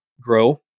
grow